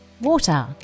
water